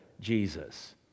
Jesus